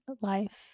life